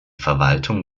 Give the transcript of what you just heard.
verwaltung